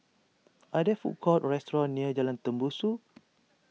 are there food courts or restaurants near Jalan Tembusu